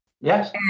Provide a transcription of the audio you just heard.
Yes